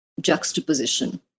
juxtaposition